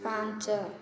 ପାଞ୍ଚ